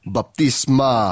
Baptisma